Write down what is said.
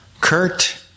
Kurt